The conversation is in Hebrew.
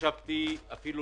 ישבתי פה ושמעתי את הדיון הזה,